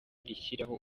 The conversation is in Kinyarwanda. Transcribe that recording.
rishyiraho